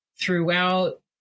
throughout